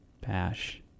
bash